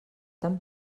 tan